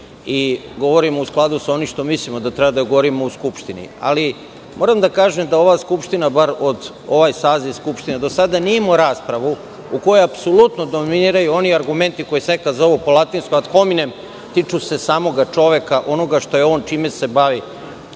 i govorimo u skladu sa onim što mislimo da treba da govorimo u Skupštini. Moram da kažem da ova Skupština bar ovaj saziv Skupštine nije imao raspravu u kojoj apsolutno dominiraju oni argumenti koji se nekad zovu po latinskom ad hominem, tiču se samoga čoveka, onoga što je on, čime se bavi.